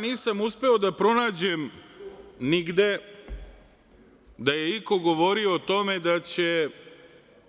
Nisam uspeo da pronađem nigde da je iko govorio o tome da će